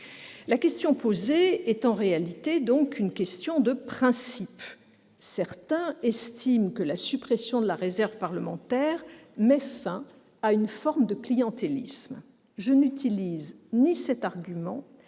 La question posée est en réalité une question de principe. Certains estiment que la suppression de la réserve parlementaire met fin à une forme de clientélisme. Je n'utilise ni cet argument